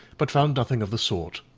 but found nothing of the sort,